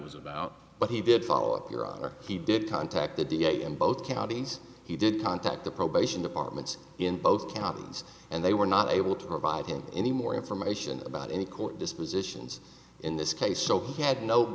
was about but he did follow up your honor he did contact the d a in both counties he did contact the probation departments in both copies and they were not able to provide him any more information about any court dispositions in this case so he had no